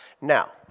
Now